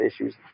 issues